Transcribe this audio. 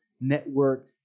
network